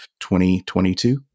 2022